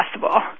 possible